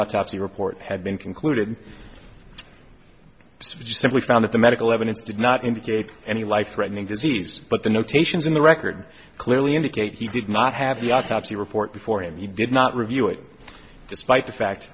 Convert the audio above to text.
autopsy report had been concluded simply found that the medical evidence did not indicate any life threatening disease but the notations in the record clearly indicate he did not have the autopsy report before him he did not review it despite the fact